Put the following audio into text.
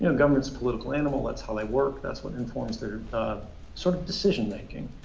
know, government as a political animal. that's how they work. that's what informs their sort of decision-making.